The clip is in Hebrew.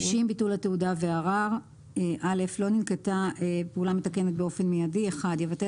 90.ביטול התעודה וערר לא ננקטה פעולה מתקנת באופן מיידי - יבטל